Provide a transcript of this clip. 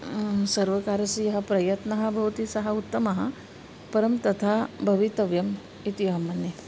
सर्वकारस्य यः प्रयत्नः भवति सः उत्तमः परं तथा भवितव्यम् इति अहं मन्ये